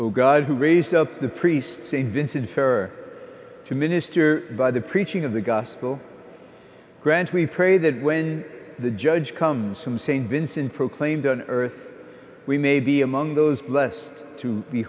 who god who raised up the priest st vincent her to minister by the preaching of the gospel grant we pray that when the judge comes from st vincent proclaimed on earth we may be among those bless to be